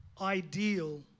ideal